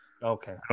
Okay